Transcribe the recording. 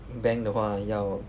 bank 的话要